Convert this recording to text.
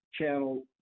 channel